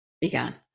began